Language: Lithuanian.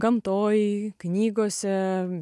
gamtoj knygose